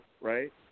right